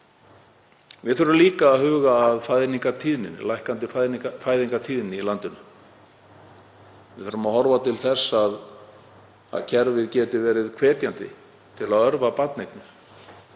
Við þurfum líka að huga að lækkandi fæðingartíðni í landinu. Við verðum að horfa til þess að kerfið geti verið hvetjandi til að örva barneignir.